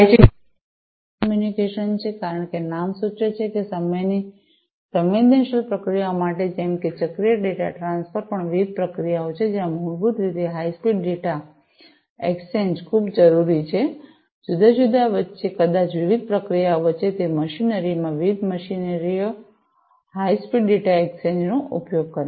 બીજું real time communication છે કારણ કે નામ સૂચવે છે સમયની સંવેદનશીલ પ્રક્રિયાઓ માટે જેમ કે ચક્રીય ડેટા ટ્રાન્સફર પણ વિવિધ પ્રક્રિયાઓ જ્યાં મૂળભૂત રીતે હાઇ સ્પીડ ડેટા એક્સચેંજ ખૂબ જરૂરી હોય છે જુદા જુદા વચ્ચે કદાચ વિવિધ પ્રક્રિયાઓ વચ્ચે તે મશીનરીમાં વિવિધ મશીનરીઓ હાઇ સ્પીડ ડેટા એક્સચેંજનો ઉપયોગ કરે છે